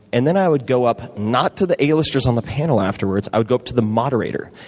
and then i would go up not to the a-listers on the panel afterwards i would go up to the moderator,